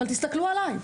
אבל תסתכלו עליי,